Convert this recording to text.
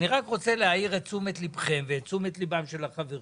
אני רק רוצה להביא לתשומת ליבכם ותשומת לב החברים